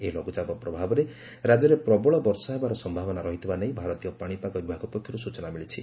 ଏହି ଲଘୁଚାପ ପ୍ରଭାବରେ ରାକ୍ୟରେ ପ୍ରବଳ ବର୍ଷା ହେବାର ସୟାବନା ରହିଧିବା ନେଇ ଭାରତୀୟ ପାଶିପାଗ ବିଭାଗ ପକ୍ଷରୁ ସ୍ଚନା ମିଳିଛି